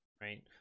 right